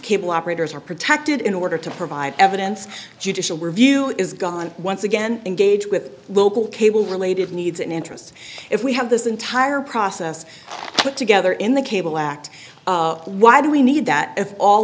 cable operators are protected in order to provide evidence judicial review is gone once again engage with local cable related needs and interests if we have this entire process thank together in the cable act why do we need that if all